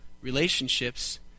relationships